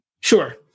Sure